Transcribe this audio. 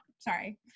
Sorry